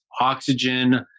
oxygen